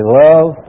love